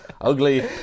Ugly